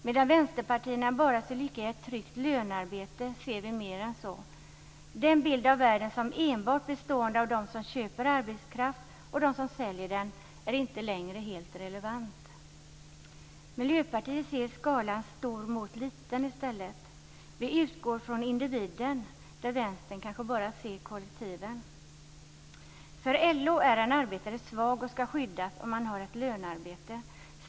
Medan vänsterpartierna bara ser lycka i ett tryggt lönearbete ser vi mer än så. Den bild av världen som enbart bestående av dem som köper arbetskraft och dem som säljer den är inte längre helt relevant. Miljöpartiet ser skalan stor mot liten i stället. Vi utgår ifrån individen där vänstern kanske bara ser kollektiven. För LO är en arbetare svag och ska skyddas om han har ett lönearbete.